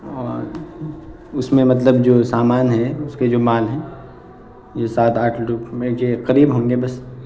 اور اس میں مطلب جو سامان ہیں اس کے جو مال ہیں جو سات آٹھ کے قریب ہوں گے بس